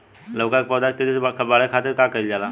लउका के पौधा के तेजी से बढ़े खातीर का कइल जाला?